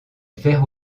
vert